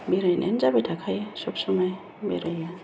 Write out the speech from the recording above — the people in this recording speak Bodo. बेरायनायानो जाबाय थाखायो सब समाय बेरायो